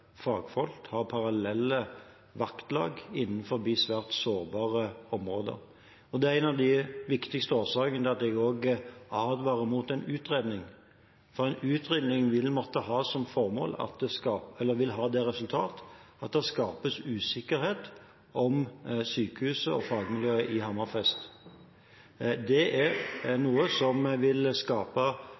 fagfolk fra parallelle vaktlag innen svært sårbare områder. Det er også en av de viktigste årsakene til at jeg advarer mot en utredning, for en utredning vil ha som resultat at det skapes usikkerhet om sykehuset og fagmiljøet i Hammerfest. Det er noe som vil skape